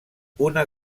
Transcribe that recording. una